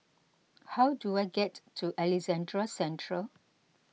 how do I get to Alexandra Central